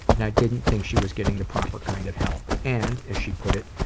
and i didn't think she was getting the proper kind of help. and, as she put it,